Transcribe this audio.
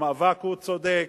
המאבק צודק,